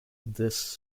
this